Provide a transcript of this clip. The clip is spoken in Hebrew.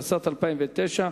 התשס"ט 2009,